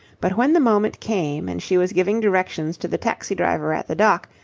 but when the moment came and she was giving directions to the taxi-driver at the dock,